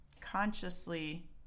consciously